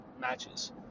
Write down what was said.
matches